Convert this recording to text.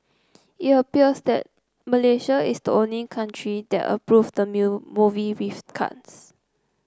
it appears that Malaysia is the only country that approved the movie with cuts